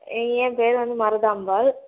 ஏன் பேர் வந்து மருதாம்பாள்